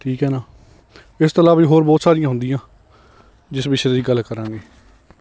ਠੀਕ ਹੈ ਨਾ ਇਸ ਤੋਂ ਇਲਾਵਾ ਵੀ ਹੋਰ ਬਹੁਤ ਸਾਰੀਆਂ ਹੁੰਦੀਆਂ ਜਿਸ ਵਿਸ਼ੇ ਦੀ ਗੱਲ ਕਰਾਂਗੇ